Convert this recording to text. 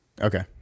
Okay